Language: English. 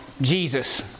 Jesus